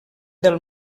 del